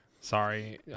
sorry